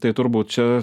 tai turbūt čia